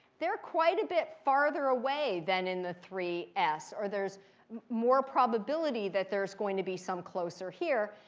they're quite a bit farther away than in the three s. or there's more probability that there's going to be some closer here.